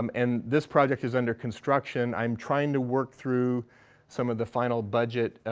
um and this project is under construction. i'm trying to work through some of the final budget